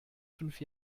fünf